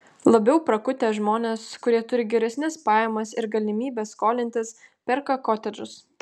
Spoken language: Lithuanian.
labiau prakutę žmonės kurie turi geresnes pajamas ir galimybes skolintis perka kotedžus